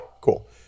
Cool